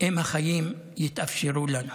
אם החיים יתאפשרו לנו.